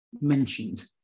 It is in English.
mentioned